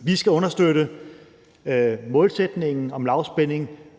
Vi skal understøtte målsætningen om lavspænding,